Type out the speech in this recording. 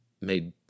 made